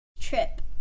trip